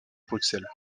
bruxelles